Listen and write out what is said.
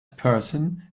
person